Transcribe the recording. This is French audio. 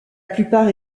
plupart